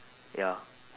ya